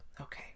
Okay